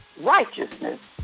righteousness